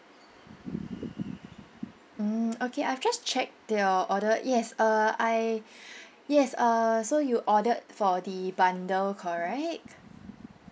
mm okay I've just checked your order yes uh I yes uh so you ordered for the bundle correct